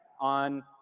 on